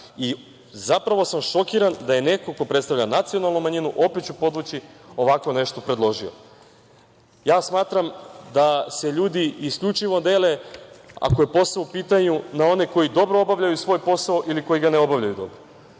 Zapravo sam šokiran da je neko ko predstavlja nacionalnu manjinu, opet ću podvući, ovako nešto predložio. Smatram da se ljudi isključivo dele, ako je posao u pitanju, na one koji dobro obavljaju svoj posao ili koji ga ne obavljaju dobro.